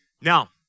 Now